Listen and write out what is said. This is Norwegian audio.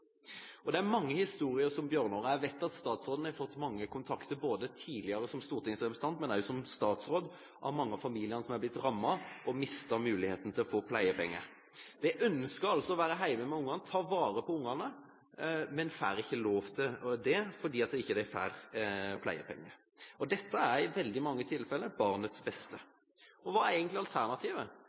Og det er mange historier som Bjørnars. Jeg vet at statsråden har blitt kontaktet – både tidligere som stortingsrepresentant og nå også som statsråd – av mange av familiene som har blitt rammet, og som har mistet muligheten til å få pleiepenger. De ønsker altså å være hjemme med ungene, ta vare på ungene, men de får ikke lov til det, fordi de ikke får pleiepenger. Dette er i veldig mange tilfeller barnets beste. Hva er egentlig alternativet?